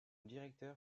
directeur